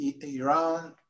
Iran